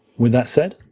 with that said,